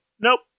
nope